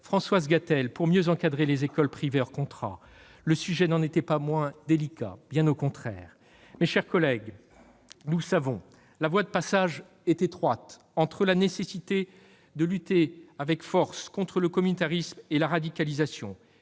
Françoise Gatel pour mieux encadrer les écoles privées hors contrat. Le sujet n'en était pas moins délicat, bien au contraire ! Mes chers collègues, nous le savons, la voie est étroite entre la nécessité de lutter avec force contre le communautarisme et la radicalisation,